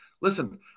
Listen